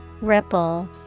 Ripple